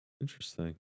Interesting